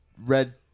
red